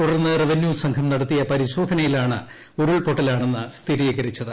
തുടർന്ന് റവന്യൂ സംഘം നടത്തിയ പരിശോധനയിലാണ് ഉരുൾപൊട്ടലാണെന്ന് സ്ഥിരീകരിച്ചത്